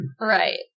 Right